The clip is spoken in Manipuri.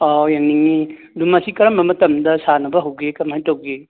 ꯑꯥ ꯌꯦꯡꯅꯤꯡꯏ ꯑꯗꯨ ꯃꯁꯤ ꯀꯔꯝꯕ ꯃꯇꯝꯗ ꯁꯥꯟꯅꯕ ꯍꯧꯒꯦ ꯀꯃꯥꯏꯅ ꯇꯧꯒꯦ